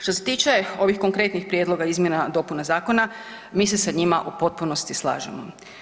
Što se tiče ovih konkretnih prijedloga izmjena, dopuna zakona mi se u njima u potpunosti slažemo.